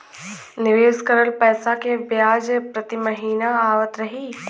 निवेश करल पैसा के ब्याज प्रति महीना आवत रही?